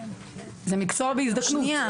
חסר,